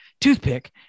toothpick